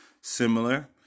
similar